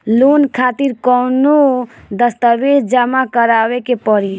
Loan खातिर कौनो दस्तावेज जमा करावे के पड़ी?